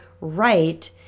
right